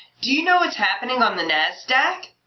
do you know what's happening on the nasdaq?